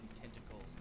tentacles